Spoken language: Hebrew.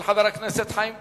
הצעת חוק של חבר הכנסת חיים כץ.